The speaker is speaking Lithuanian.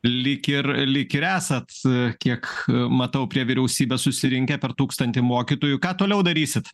lyg ir lyg ir esat kiek matau prie vyriausybės susirinkę per tūkstantį mokytojų ką toliau darysit